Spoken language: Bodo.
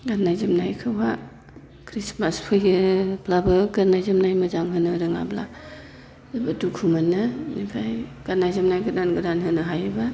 गाननाय जोमनायखौबा खृष्टमास फैयोब्लाबो गाननाय जोमनाय मोजां होनो रोङाब्ला जोबोद दुखु मोनो बेनिफाय गाननाय जोमनाय गोदान गोदान होनो हायोब्ला